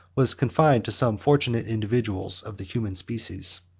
was confined to some fortunate individuals of the human species.